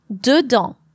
dedans